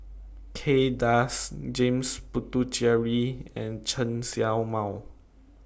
Kay Das James Puthucheary and Chen Show Mao